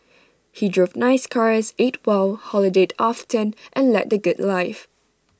he drove nice cars ate well holidayed often and led the good life